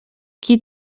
qui